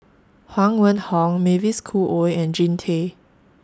Huang Wenhong Mavis Khoo Oei and Jean Tay